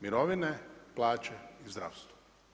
Mirovine, plaće i zdravstvo.